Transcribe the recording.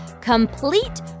complete